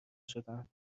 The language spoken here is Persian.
شدم